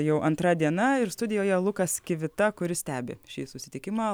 jau antra diena ir studijoje lukas kivita kuris stebi šį susitikimą